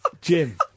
Jim